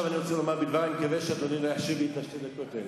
אני מקווה שאדוני לא יחשיב לי את שתי הדקות האלה.